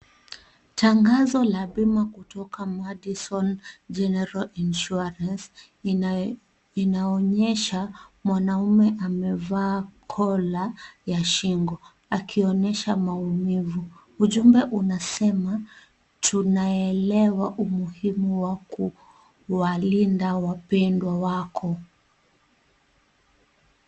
Tangazo la bima kutoka Madison General Insurance inaonyesha mwanaume amevaa kola ya shingo akionyesha maumivu ujumbe unasema tunaelewa umuhimu wa kuwalinda wapendwa wako.